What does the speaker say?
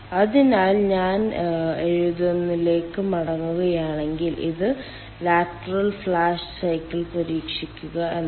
അതിനാൽ ഞാൻ എഴുതുന്നതിലേക്ക് മടങ്ങുകയാണെങ്കിൽ ഇത് ലാറ്ററൽ ഫ്ലാഷ് സൈക്കിൾ പരീക്ഷിക്കുക എന്നതാണ്